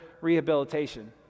rehabilitation